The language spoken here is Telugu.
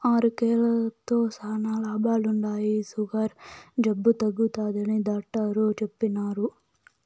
అరికెలతో శానా లాభాలుండాయి, సుగర్ జబ్బు తగ్గుతాదని డాట్టరు చెప్పిన్నారు